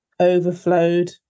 overflowed